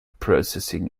processing